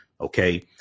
Okay